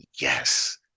Yes